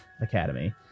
Academy